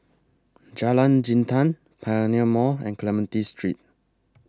Jalan Jintan Pioneer Mall and Clementi Street